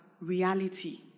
reality